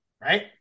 right